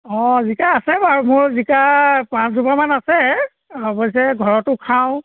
অঁ জিকা আছে বাৰু মোৰ জিকা পাঁচজোপামান আছে অৱশ্যে ঘৰতো খাওঁ